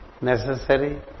necessary